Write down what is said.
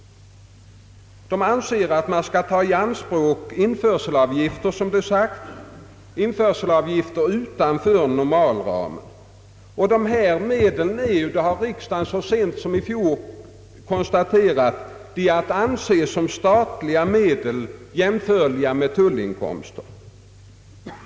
De anser också att man skall ta i anspråk införselavgiftsmedel som influtit utöver normalramen. Dessa medel är ju dock — det har riksdagen så sent som i fjol konstaterat — att anse såsom statliga medel jämförliga med tullinkomster.